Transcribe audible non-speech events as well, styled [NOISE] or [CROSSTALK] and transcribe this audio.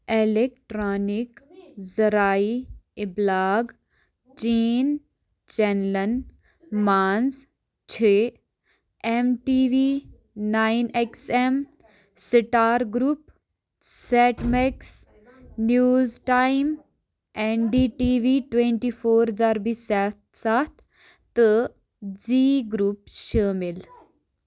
electronic ذرایع اِبلاغ چیٖن چنٛلن منٛز چھے M T V nine X M star group SET Max news time N D T V twenty four ضَربہٕ [UNINTELLIGIBLE] ستھ تہٕ زی گرُپ شٲمِل